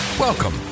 Welcome